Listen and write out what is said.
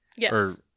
Yes